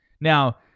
Now